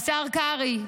השר קרעי.